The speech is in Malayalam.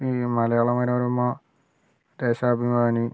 ഈ മലയാള മനോരമ ദേശാഭിമാനി